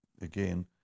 again